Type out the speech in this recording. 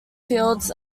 fields